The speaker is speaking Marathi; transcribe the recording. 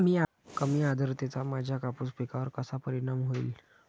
कमी आर्द्रतेचा माझ्या कापूस पिकावर कसा परिणाम होईल?